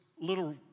little